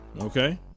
Okay